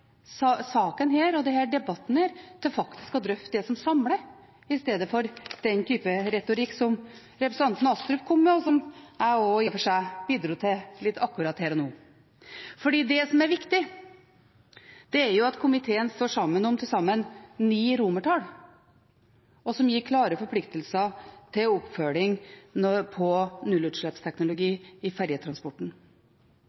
som samler, istedenfor til den typen retorikk som representanten Astrup kom med, og som jeg også – i og for seg – bidro litt til akkurat her og nå? Det som er viktig, er jo at komiteen står sammen om til sammen ni forslag til romertallsvedtak, noe som gir klare forpliktelser til oppfølging når det gjelder nullutslippsteknologi i